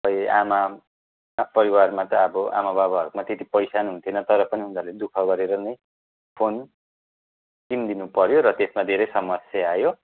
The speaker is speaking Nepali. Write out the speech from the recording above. पय आमा परिवारमा चाहिँ अब आमा बाबाहरूमा त्यति पैसा पनि हुन्थेन तर पनि उनीहरूले दुःख गरेर नै फोन किनिदिनु पऱ्यो र त्यसमा धेरै समस्या आयो